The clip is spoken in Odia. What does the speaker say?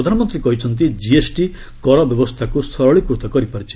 ପ୍ରଧାନମନ୍ତ୍ରୀ କହିଛନ୍ତି କିଏସଟି କର ବ୍ୟବସ୍ଥାକୁ ସରଳୀକୃତ କରିପାରିଛି